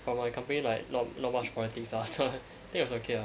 for my company like not not much politics ah so think it was okay lah